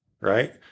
Right